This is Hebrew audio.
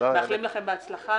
אנחנו מאחלים לכם בהצלחה.